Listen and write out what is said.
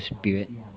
period